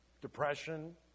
Depression